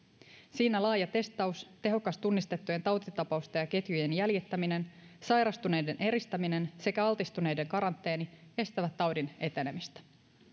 siinä laaja testaus tehokas tunnistettujen tautitapausten ja ketjujen jäljittäminen sairastuneiden eristäminen sekä altistuneiden karanteeni estävät taudin etenemistä